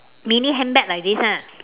mini handbag like this ah